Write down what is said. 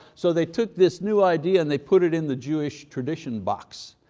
so they took this new idea and they put it in the jewish tradition box.